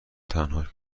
تنهاش